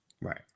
Right